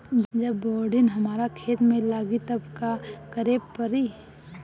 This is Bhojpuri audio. जब बोडिन हमारा खेत मे लागी तब का करे परी?